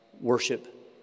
worship